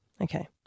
Okay